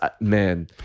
man